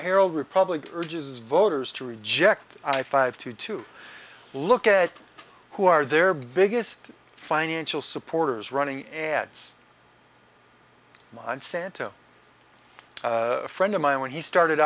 erroll republic urges voters to reject i five to to look at who are their biggest financial supporters running ads monsanto a friend of mine when he started